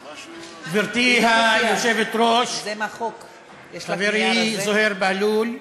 זה משהו, גברתי היושבת-ראש, חברי זוהיר בהלול,